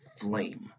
flame